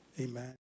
Amen